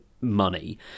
money